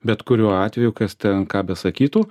bet kuriuo atveju kas ten ką besakytų